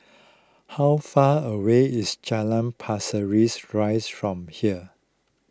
how far away is Jalan Pasir rease rice from here